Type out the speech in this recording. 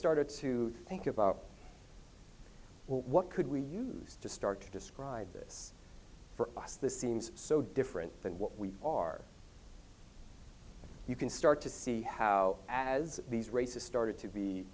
started to think about what could we use to start to describe this for us this seems so different than what we are you can start to see how as these races started to be